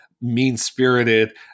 mean-spirited